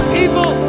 people